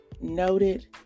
noted